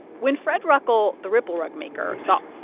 when fred ruckel, the ripple rug maker, saw